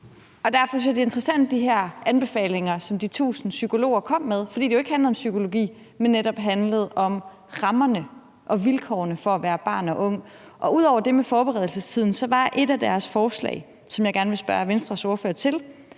derfor er det interessant med de her anbefalinger, som de 1.000 psykologer kom med, fordi det jo ikke handlede om psykologi, men netop handlede om rammerne og vilkårene for at være barn og ung. Og ud over det med forberedelsestiden var et af deres forslag, som jeg gerne vil spørge Venstres ordfører til,